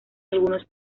algunos